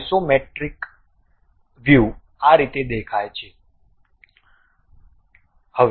તેથી isometric view આ રીતે દેખાય છે